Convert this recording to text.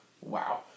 Wow